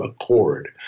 accord